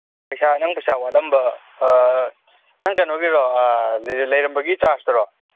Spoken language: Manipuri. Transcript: ꯄꯩꯁꯥ ꯅꯪ ꯄꯩꯁꯥ ꯋꯥꯠꯂꯝꯕ ꯅꯪ ꯀꯩꯅꯣꯒꯤꯔꯣ ꯂꯩꯔꯝꯕꯒꯤ ꯆꯥꯔꯖꯇꯨꯔꯣ